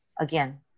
again